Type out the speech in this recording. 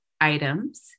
items